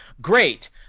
great